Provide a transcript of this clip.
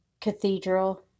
cathedral